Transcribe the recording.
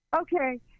Okay